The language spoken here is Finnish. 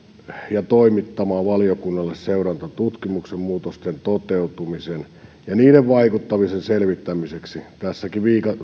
ja toimittamaan valiokunnalle seurantatutkimuksen muutosten toteutumisen ja niiden vaikutusten selvittämiseksi tässäkin